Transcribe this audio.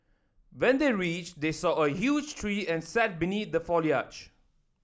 when they reached they saw a huge tree and sat beneath the foliage